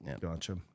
Gotcha